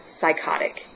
psychotic